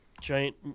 giant